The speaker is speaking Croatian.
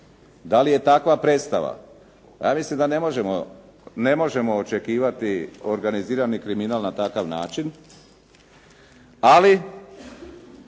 Dali je takva predstava? Ja mislim da ne možemo očekivati organizirani kriminal na takav način, ali